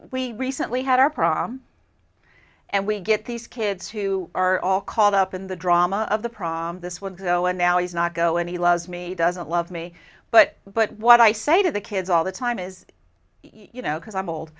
we recently had our prom and we get these kids who are all caught up in the drama of the prom this one zero and now he's not go and he loves me he doesn't love me but but what i say to the kids all the time is you know because i'm old